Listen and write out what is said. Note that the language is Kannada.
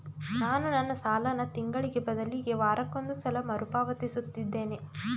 ನಾನು ನನ್ನ ಸಾಲನ ತಿಂಗಳಿಗೆ ಬದಲಿಗೆ ವಾರಕ್ಕೊಂದು ಸಲ ಮರುಪಾವತಿಸುತ್ತಿದ್ದೇನೆ